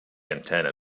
antenna